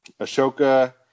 Ashoka